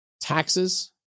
Taxes